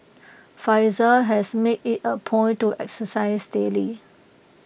Faizal has made IT A point to exercise daily